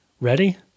ready